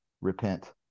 repent